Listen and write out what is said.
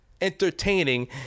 entertaining